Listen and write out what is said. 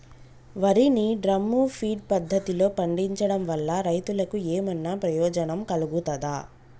వరి ని drum feed పద్ధతిలో పండించడం వల్ల రైతులకు ఏమన్నా ప్రయోజనం కలుగుతదా?